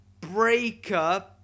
Breaker